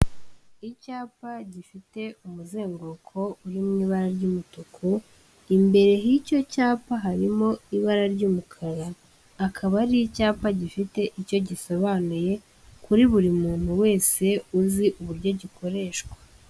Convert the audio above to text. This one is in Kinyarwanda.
Icyapa gifite umuzenguruko uri mu ibara ry'umutuku, imbere h'icyo cyapa harimo ibara ry'umukara; akaba ari icyapa gifite icyo gisobanuye kuri buri muntu wese uzi uburyo gikoreshwa.